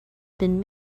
been